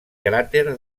cràter